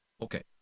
Okay